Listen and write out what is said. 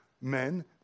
men